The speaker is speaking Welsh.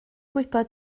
gwybod